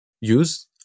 use